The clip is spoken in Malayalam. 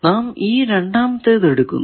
നാം ഈ രണ്ടാമത്തേത് എടുക്കുന്നു